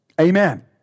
Amen